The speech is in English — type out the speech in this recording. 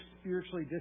spiritually